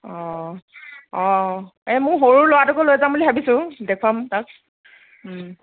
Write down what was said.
অ অ এই মোৰ সৰু লৰাটোকো লৈ যাম বুলি ভাবিছোঁ দেখুৱাম তাক